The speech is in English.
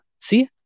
See